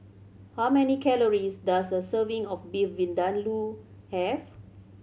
how many calories does a serving of Beef Vindaloo have